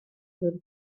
wedi